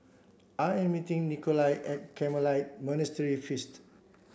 I am meeting Nikolai at Carmelite Monastery feast